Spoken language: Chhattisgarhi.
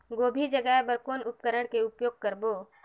गोभी जगाय बर कौन उपकरण के उपयोग करबो?